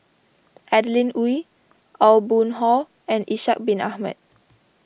Adeline Ooi Aw Boon Haw and Ishak Bin Ahmad